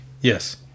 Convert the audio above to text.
Yes